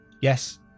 Yes